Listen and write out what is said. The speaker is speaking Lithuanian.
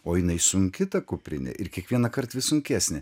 o jinai sunki ta kuprinė ir kiekvienąkart vis sunkesnė